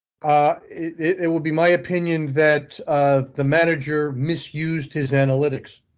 it will be my opinion that the manager misused his analytics.